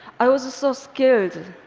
i was so scared.